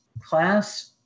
class